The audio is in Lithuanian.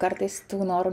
kartais tų norų